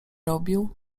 robił